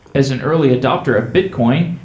as an early adopter of bitcoin,